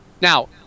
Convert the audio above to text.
Now